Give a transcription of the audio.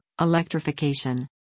Electrification